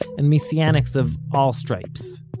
and messianics of all stripes.